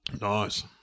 Nice